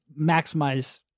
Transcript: maximize